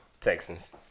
Texans